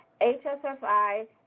HSFI